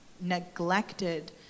neglected